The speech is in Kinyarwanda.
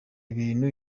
ibintu